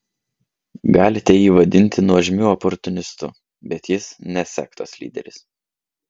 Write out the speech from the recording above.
galite jį vadinti nuožmiu oportunistu bet jis ne sektos lyderis